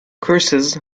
curses